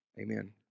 Amen